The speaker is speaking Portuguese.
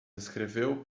escreveu